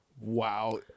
Wow